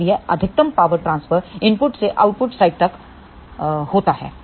इसलिए अधिकतम power transfer input से आउटपुट साइड तक होता है